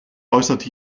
äußerte